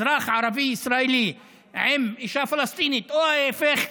אזרח ערבי-ישראלי עם אישה פלסטינית או ההפך,